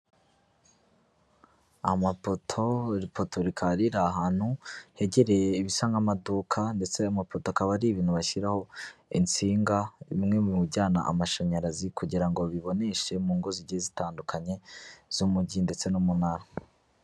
Amapoto, iri poto rikaba riri ahantu hegereye ibisa nk'amaduka ndetse amapoto akaba ari ibintu bashyiraho insinga bimwe mu bijyana amashanyarazi, kugira ngo biboneshe mu ngo zigiye zitandukanye z'umujyi ndetse mu ntara.